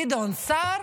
גדעון סער